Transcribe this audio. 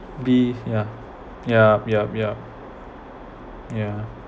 be yeah yup yup yup ya